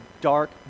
dark